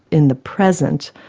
in the present,